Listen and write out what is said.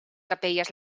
capelles